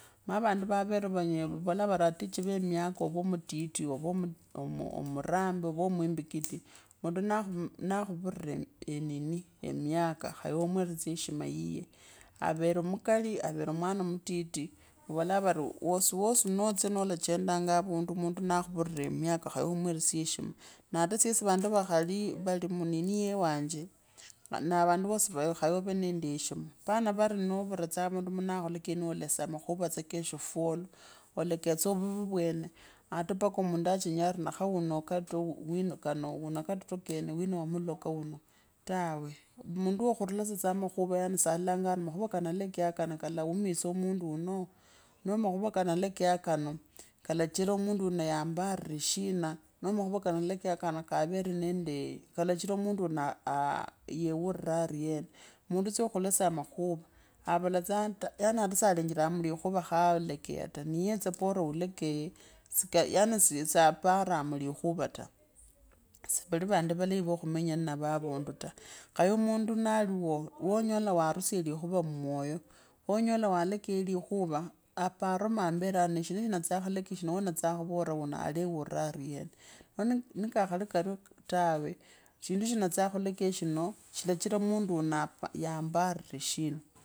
Mnye vandu vaveroo vanyela vavolaavari, atichivi miaka, ove omutiti. ave omurambi ove mwimbikiti mundu na khuvise enini emiaka, khaye tsa omweresye eheshima yilye avere mukali avere mwana mutiti vavoka vari wasi wasi nolachendanga avundu vuli mundu na khuviire miaka khoye umweresye heshima na ata syesi vandu vakhali vali munini yewanje, na vandu vosi ukhoye ove nende eheshima pana, vari noura tsa havundu nee mundu akhulekevira olesa tse makhuwa tsa kheshi fwolo olekaya tse ovuvi vwene ata mundu achenya arikhauno kata wina katoko kene wina wa maloka waano, tawe. Mundu wa khulesya tsa makhuva yaani sa lolanga ari makhuva kana lakayonga ake kalaumisa mundu waunwo noo makhuva kana lakayaa kano kalachiva mundu wauno yaambare shina, no makhuva kanalakayonga kano kawere neende kalachira mundu waang aah yawuure ariena, mundu tsa wakhulesa nakhuva avuka tsa ata ola saalengeraa mulikhuva khakekeya ta, niye bora likhuva yaani saa pora mulikhuva ta, si vali vandu valei va khumanya nnavo vundu ta, khaye mundu naliwoo nanyola waarusya lokhuva mmoyo, khonyola walakaya likhuva paarama ambere ani neeshindu she nalatsaa khulekeya na kuvula wuuno alewaramo aliena nikakhali karyo tawe, khulekya shinoo shilachiva aah yambaare shina.